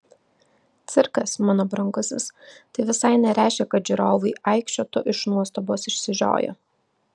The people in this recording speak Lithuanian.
cirkas mano brangusis tai visai nereiškia kad žiūrovai aikčiotų iš nuostabos išsižioję